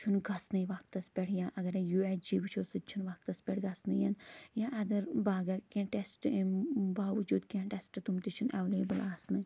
سُہ چھُنہٕ گژھٕنے وَقتَس پٮ۪ٹھ یا اگرے یوٗ ایس جی وٕچھَو سُہ تہِ چھُنہٕ وقتَس پٮ۪ٹھ گژھٕنے یَن یا اگر بہٕ اگر کیٚنہہ ٹیشٹ امہِ باوُجوٗد کیٚنہہ ٹیشٹ تِم تہِ چھِنہٕ ایٚولیبُل آسٕنٕے